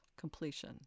completion